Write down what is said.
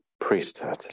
priesthood